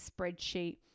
spreadsheet